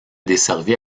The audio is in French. desservie